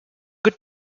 good